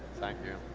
thank you.